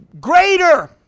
Greater